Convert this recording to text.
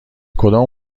کدام